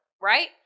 right